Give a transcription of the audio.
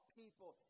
people